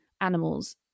animals